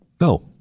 No